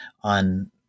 on